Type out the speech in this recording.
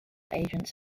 agents